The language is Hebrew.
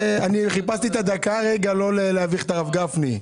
חיפשתי את הדקה לא להביך את הרב גפני.